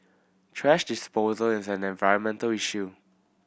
thrash disposal is an environmental issue